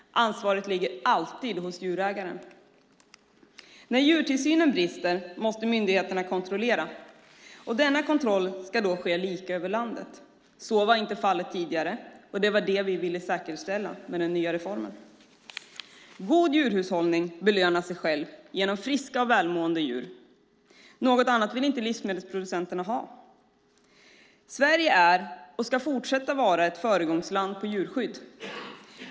Ansvaret ligger alltid hos djurägaren. När djurtillsynen brister måste myndigheterna kontrollera, och denna kontroll ska ske lika över landet. Så var inte fallet tidigare, och det var det vi ville säkerställa genom den nya reformen. God djurhushållning belönar sig själv genom friska och välmående djur. Något annat vill inte livsmedelsproducenterna ha. Sverige är och ska fortsätta att vara ett föregångsland inom djurskydd.